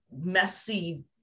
messy